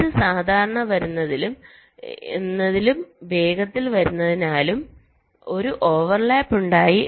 ഇത് സാവധാനത്തിൽ വരുന്നതിനാലും ഇത് വേഗത്തിൽ വരുന്നതിനാലും ഒരു ഓവർലാപ്പ് ഉണ്ടായി